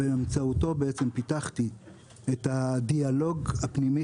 ובאמצעותו בעצם פיתחתי את הדיאלוג הפנימי